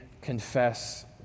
confess